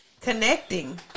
connecting